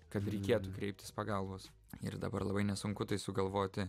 kad reikėtų kreiptis pagalbos ir dabar labai nesunku tai sugalvoti